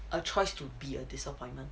a choice to be a disappointment